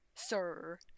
Sir